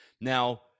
Now